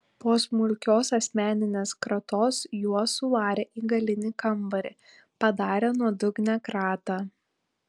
po smulkios asmeninės kratos juos suvarė į galinį kambarį padarė nuodugnią kratą